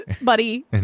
buddy